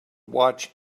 watch